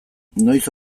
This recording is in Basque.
noiz